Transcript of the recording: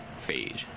phase